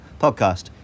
podcast